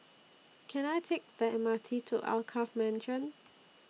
Can I Take The M R T to Alkaff Mansion